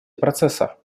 процесса